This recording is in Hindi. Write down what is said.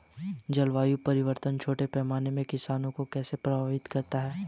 जलवायु परिवर्तन छोटे पैमाने के किसानों को कैसे प्रभावित करता है?